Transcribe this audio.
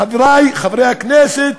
חברי חברי הכנסת,